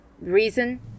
reason